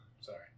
Sorry